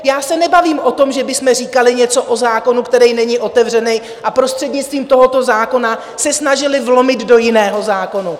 Já se nebavím o tom, že bychom říkali něco o zákonu, který není otevřený, a prostřednictvím tohoto zákona se snažili vlomit do jiného zákona.